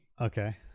Okay